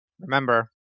Remember